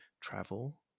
travel